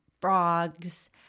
frogs